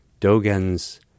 Dogen's